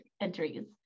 entries